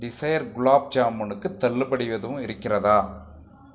desire gulab ஜாமுனுக்கு தள்ளுபடி எதுவும் இருக்கிறதா